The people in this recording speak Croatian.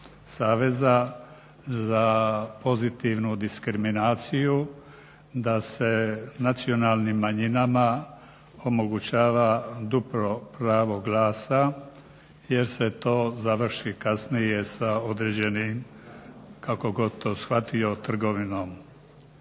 Saveza za pozitivnu diskriminaciju da se nacionalnim manjinama omogućava duplo pravo glasa jer se to završi kasnije sa određenim, kako god to shvatio, trgovinom.